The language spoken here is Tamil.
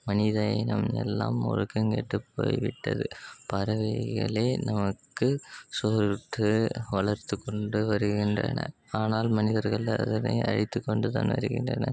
மனித இனம் எல்லாம் ஒழுக்கம் கெட்டு போயிவிட்டது பறவைகளே நமக்கு சோறுற்று வளர்த்து கொண்டு வருகின்றனர் ஆனால் மனிதர்கள் அதனை அழித்துக்கொண்டு தான் வருகின்றனர்